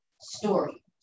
story